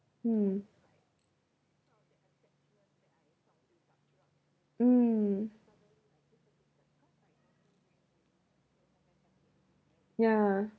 mm mm yeah